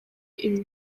ibi